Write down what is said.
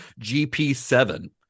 GP7